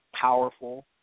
powerful